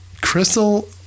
Crystal